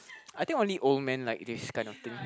I think only old man like this kind of thing